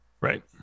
right